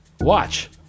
watch